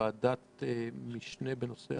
ועדת המשנה בנושא...